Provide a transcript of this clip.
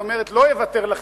היא אומרת: לא אוותר לכם,